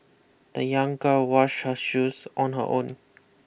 the young girl washed her shoes on her own